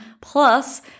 plus